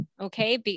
Okay